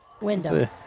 Window